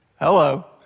Hello